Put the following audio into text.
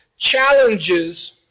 challenges